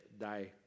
die